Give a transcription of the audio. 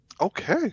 Okay